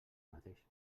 mateix